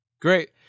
Great